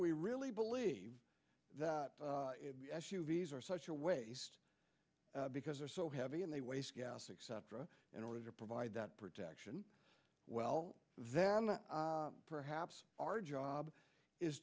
we really believe that these are such a waste because they're so heavy and they waste gas except in order to provide that protection well then perhaps our job is